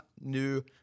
new